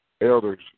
elders